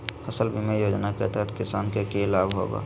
फसल बीमा योजना के तहत किसान के की लाभ होगा?